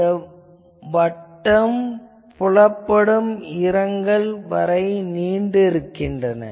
இந்த வட்டம் புலப்படும் இடங்கள் வரை நீண்டிருக்கின்றன